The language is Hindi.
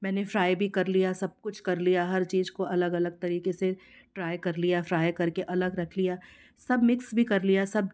मैंने फ्राई भी कर लिया सब कुछ कर लिया हर चीज को अलग अलग तरीके से फ्राई कर लिया फ्राई करके अलग रख लिया सब मिक्स भी कर लिया सब